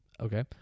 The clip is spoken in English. Okay